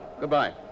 Goodbye